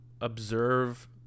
observe